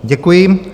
Děkuji.